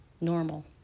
normal